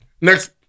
next